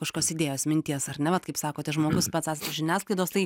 kažkokios idėjos minties ar ne vat kaip sakote žmogus pats žiniasklaidos tai